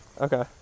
Okay